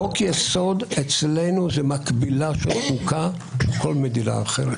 חוק-יסוד אצלנו זה מקבילה של חוקה בכל מדינה אחרת.